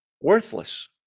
worthless